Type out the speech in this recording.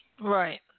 Right